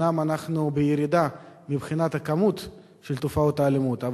אומנם אנחנו בירידה מבחינת הכמות באלימות,